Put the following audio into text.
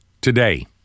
today